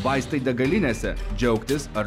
vaistai degalinėse džiaugtis ar